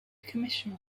commission